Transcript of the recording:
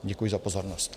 Děkuji za pozornost.